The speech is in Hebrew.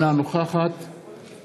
אינה נוכחת